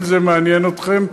אם זה מעניין אתכם.